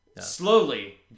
Slowly